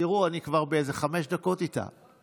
תראו, אני כבר באיזה חמש דקות איתה.